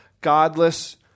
godless